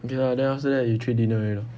okay lah then after that you treat dinner already lor